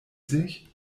sich